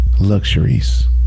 luxuries